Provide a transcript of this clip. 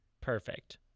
Perfect